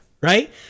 Right